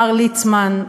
מר ליצמן,